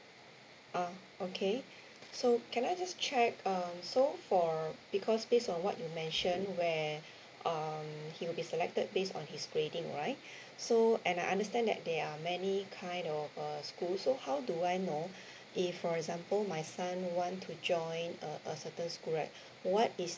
uh okay so can I just check um so for because based on what you mentioned where um he will be selected based on his grading right so and I understand that there are many kind of uh schools so how do I know if for example my son want to join a a certain school right what is